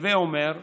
הווי אומר,